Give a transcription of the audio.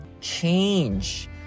change